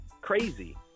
crazy